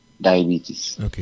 diabetes